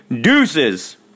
deuces